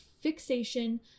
fixation